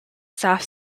staff